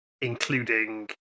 Including